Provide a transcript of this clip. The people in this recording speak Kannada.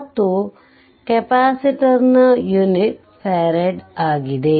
ಮತ್ತು ಕೆಪಾಸಿಟನ್ಸ್ನ ಯೂನಿಟ್ ಫಾರೆಡ್ ಆಗಿದೆ